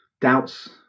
doubts